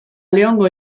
leongo